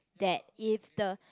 that if the